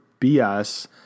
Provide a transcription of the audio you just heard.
BS